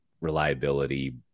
reliability